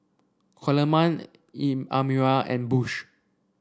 Coleman Amira and Bush